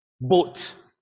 boat